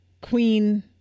queen